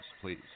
please